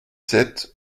sept